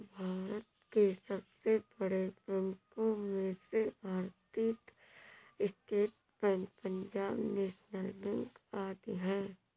भारत के सबसे बड़े बैंको में से Bharatiya state bank, Punjab national bank आदि है